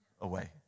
away